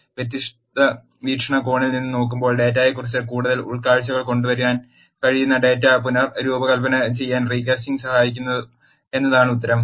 വ്യത്യസ്ത വീക്ഷണകോണിൽ നിന്ന് നോക്കുമ്പോൾ ഡാറ്റയെക്കുറിച്ച് കൂടുതൽ ഉൾക്കാഴ്ചകൾ കൊണ്ടുവരാൻ കഴിയുന്ന ഡാറ്റ പുനർരൂപകൽപ്പന ചെയ്യാൻ റീകാസ്റ്റിംഗ് സഹായിക്കുന്നു എന്നതാണ് ഉത്തരം